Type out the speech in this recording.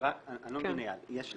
אני לא מבין, אייל.